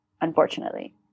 Unfortunately